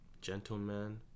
gentleman